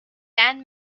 band